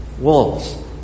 Wolves